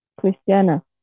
Christiana